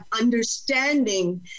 understanding